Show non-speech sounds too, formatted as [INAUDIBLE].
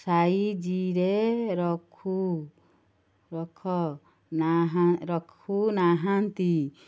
ସାଇଜିରେ ରଖୁ ରଖ [UNINTELLIGIBLE] ରଖୁ ନାହାନ୍ତି